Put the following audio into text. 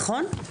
נכון?